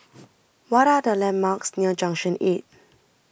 What Are The landmarks near Junction eight